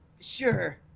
sure